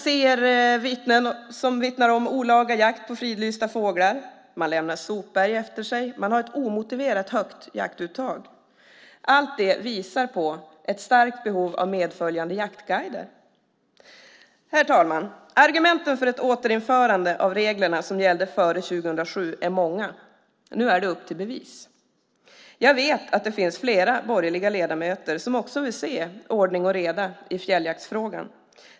Det är olaga jakt på fridlysta fåglar. Man lämnar sopberg efter sig. Man har ett omotiverat högt jaktuttag. Allt detta visar på ett starkt behov av medföljande jaktguider. Herr talman! Argumenten för ett återinförande av de regler som gällde före 2007 är många. Nu är det upp till bevis. Jag vet att det finns flera borgerliga ledamöter som också vill se ordning och reda i fjälljaktsfrågan.